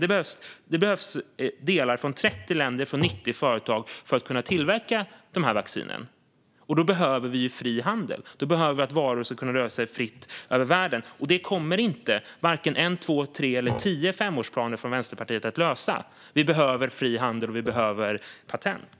Det behövs delar från 30 länder och från 90 företag för att man ska kunna tillverka dessa vacciner. Då behöver vi fri handel - då behöver vi att varor kan röra sig fritt över världen. Det kommer varken en, två, tre eller tio femårsplaner från Vänsterpartiet att lösa. Vi behöver fri handel, och vi behöver patent.